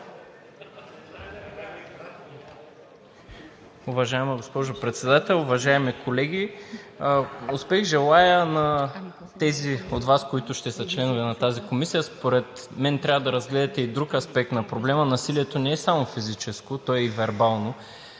Уважаема госпожо Председател, уважаеми колеги! Успех желая на тези от Вас, които ще са членове на тази комисия. Според мен трябва да разгледате и друг аспект на проблема. Насилието не е само физическо, то е и вербално.